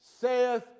saith